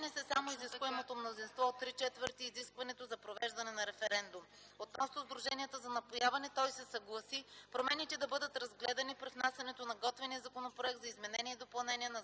се само изискуемото мнозинство от три четвърти и изискването за провеждане на референдум. Относно сдруженията за напояване, той се съгласи промените да бъдат разгледани при внасянето на готвения законопроект за изменения и допълнения на